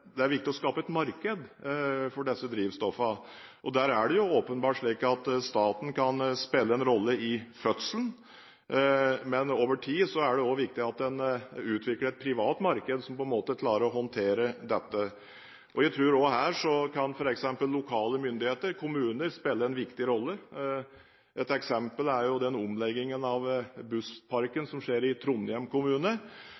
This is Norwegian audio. å skape et marked for disse drivstoffene. Det er åpenbart slik at staten kan spille en rolle i fødselen, men over tid er det viktig at en utvikler et privat marked som klarer å håndtere dette. Jeg tror også at her kan f.eks. lokale myndigheter, kommuner, spille en viktig rolle. Et eksempel er den omleggingen av